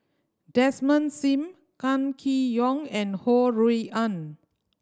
Desmond Sim Kam Kee Yong and Ho Rui An